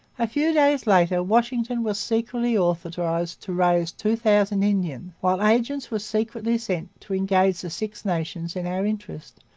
a few days later washington was secretly authorized to raise two thousand indians while agents were secretly sent to engage the six nations in our interest,